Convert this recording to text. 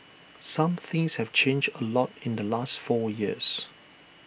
some things have changed A lot in the last four years